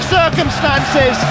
circumstances